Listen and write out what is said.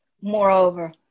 Moreover